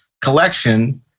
collection